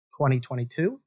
2022